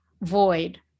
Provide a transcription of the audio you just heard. void